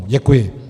Děkuji.